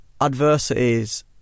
adversities